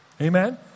Amen